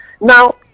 Now